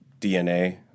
DNA